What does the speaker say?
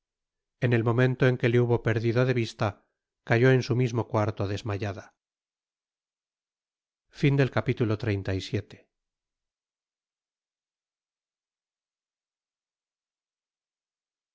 en el momento en que le hubo perdido de vista cayó en su mismo cuarto desmayada